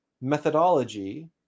methodology